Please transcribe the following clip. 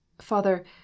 father